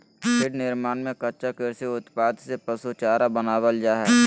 feed निर्माण में कच्चा कृषि उत्पाद से पशु चारा बनावल जा हइ